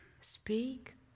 speak